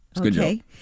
Okay